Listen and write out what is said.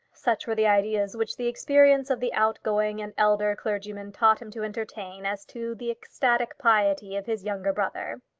such were the ideas which the experience of the outgoing and elder clergyman taught him to entertain as to the ecstatic piety of his younger brother.